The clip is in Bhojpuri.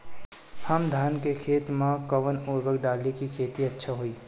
हम धान के खेत में कवन उर्वरक डाली कि खेती अच्छा होई?